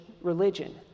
religion